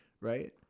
right